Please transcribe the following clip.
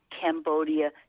Cambodia